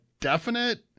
definite